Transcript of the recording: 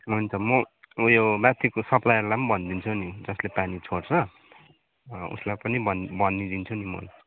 हुन्छ म ऊ यो माथिको सप्लायरलाई पनि भनिदिन्छु नि जसले पानी छोड्छ उसलाई पनि भनि भनिदिन्छु नि म